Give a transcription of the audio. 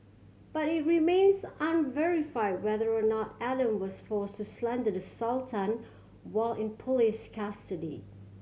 but it remains unverified whether or not Adam was forced to slander the Sultan while in police custody